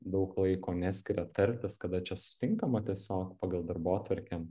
daug laiko neskiriat tartis kada čia susitinkam o tiesiog pagal darbotvarkę